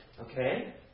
Okay